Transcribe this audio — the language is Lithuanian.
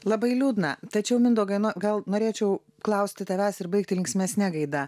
labai liūdna tačiau mindaugai na gal norėčiau klausti tavęs ir baigti linksmesne gaida